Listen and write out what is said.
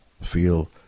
feel